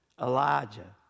Elijah